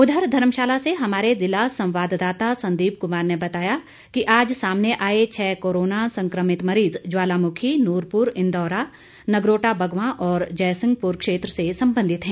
उधर धर्मशाला से हमारे जिला संवाद्दाता संदीप कुमार ने बताया कि आज सामने आए छः कोरोना संक्रमित मरीज ज्वालामुखी नूरपुर इंदौरा नगरोटा बगवां और जयसिंहपुर क्षेत्र से संबंधित हैं